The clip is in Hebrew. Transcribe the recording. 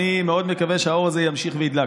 אני מאוד מקווה שהאור הזה ימשיך וידלק.